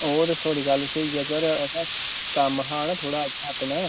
ओह् ते थुआढ़ी गल्ल स्हेई ऐ सर असें कम्म हा ना थोह्ड़ा इत्थै अपने